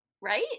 right